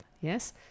yes